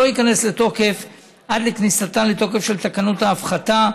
ייכנס לתוקף עד לכניסתן לתוקף של תקנות ההפחתה,